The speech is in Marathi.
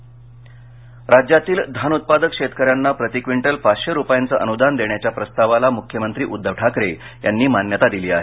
धान राज्यातील धान उत्पादक शेतकऱ्यांना प्रति क्विंटल पाचशे रुपयांचं अनुदान देण्याच्या प्रस्तावाला मुख्यमंत्री उद्धव ठाकरे यांनी मान्यता दिली आहे